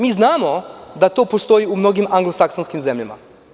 Mi znamo da to postoji u mnogim anglo saksonskim zemljama.